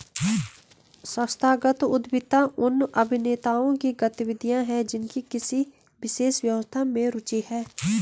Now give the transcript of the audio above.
संस्थागत उद्यमिता उन अभिनेताओं की गतिविधियाँ हैं जिनकी किसी विशेष व्यवस्था में रुचि है